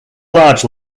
large